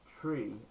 tree